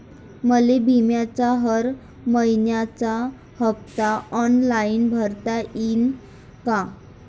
मले बिम्याचा हर मइन्याचा हप्ता ऑनलाईन भरता यीन का?